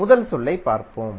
முதல் சொல்லைப் பார்ப்போம்